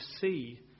see